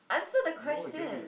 answer the question